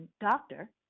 doctor